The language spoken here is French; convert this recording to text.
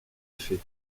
effet